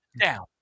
down